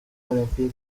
olempike